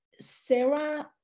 Sarah